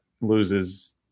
loses